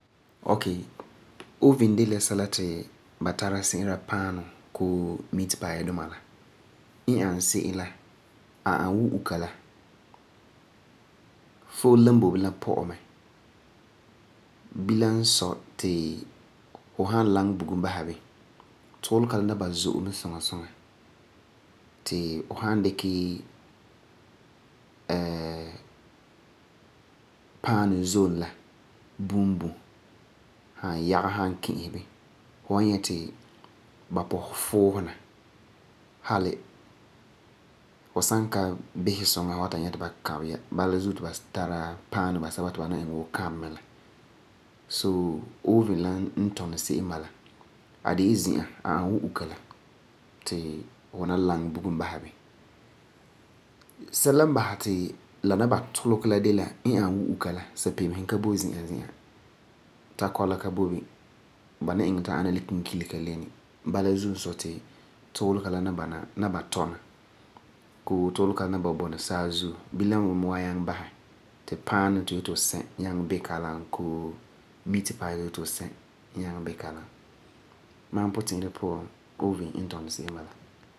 Okay. Oven de la sɛla ti ba tara si'ira paanu koo meat pie duma la. N ani se'em la, a ani wuu uka la. Fole la boi bini la poe mɛ. Bilam n sɔi ti fu san laŋɛ bugum basɛ bini tuulega in ba zo'e suŋa suŋa ti fu san dikɛ paanu zom la bum bum san yagɛ san ki'isɛ bini fu wan nyɛ ti ba pɔsɛ fuusena hali fu san ka bisɛ suŋa fu wan ta nyɛ ti ba kabeya. Bala zuo ti ba tara paanu basɛba ti ba mi ana wuuu kabe mɛ la. So, oven la n tuni se'em bala. A de la zi'an, ani wuu uka la ti fu mi laŋɛ bugum basɛ bini. Bilam mi wan nyaŋɛ basɛ ti paanu ti fu yeti fu se nyaŋɛ bi kalam koo meat pie ti fu yeti fu she ta'am bi kalam. Mam puti'irɛ puan oven n tuni seem bala.